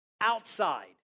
outside